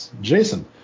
Jason